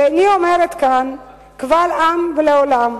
ואני אומרת כאן קבל עם ועולם: